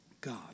God